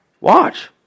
watch